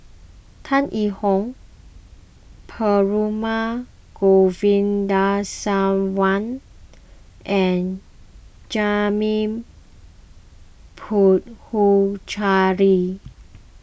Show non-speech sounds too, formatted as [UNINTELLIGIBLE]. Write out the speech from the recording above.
Tan Yee Hong Perumal [UNINTELLIGIBLE] and [UNINTELLIGIBLE] Puthucheary